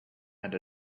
and